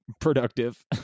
productive